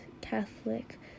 Catholic